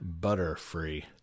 Butterfree